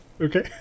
Okay